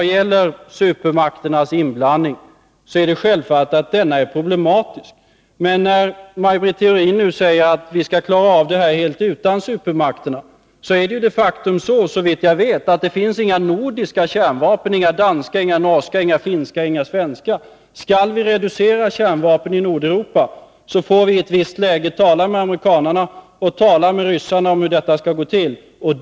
Frågan om supermakternas inblandning är självfallet problematisk. Maj Britt Theorin säger nu att vi skall klara av det hela utan supermakterna. Men såvitt jag vet finns det inga nordiska kärnvapen — inga danska, norska, finska eller svenska. Skall vi reducera kärnvapnen i Nordeuropa får vi i ett visst läge tala med amerikanerna och ryssarna om hur detta skall gå till.